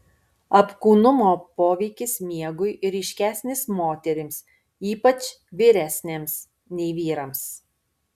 apkūnumo poveikis miegui ryškesnis moterims ypač vyresnėms nei vyrams